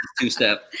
two-step